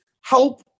help